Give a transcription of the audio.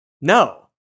no